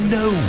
no